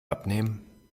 abnehmen